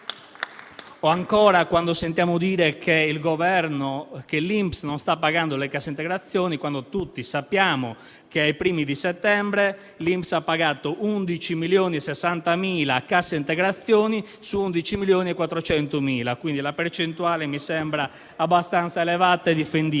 O ancora, sentiamo dire che l'INPS non sta pagando le casse integrazioni, quando tutti sappiamo che ai primi di settembre l'INPS ha pagato 11,06 milioni di casse integrazioni su 11,4 milioni: la percentuale mi sembra abbastanza elevata e difendibile.